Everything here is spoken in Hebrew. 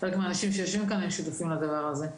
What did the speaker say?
וחלק מהאנשים שיושבים כאן הם שותפים לדבר הזה.